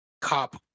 cop